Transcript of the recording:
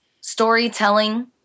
Storytelling